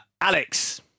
Alex